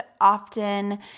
often